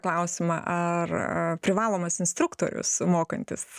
klausimą ar privalomas instruktorius mokantis